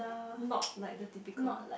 not like the typical